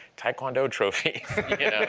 taekwondo trophy,